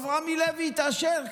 טוב, רמי לוי התעשר.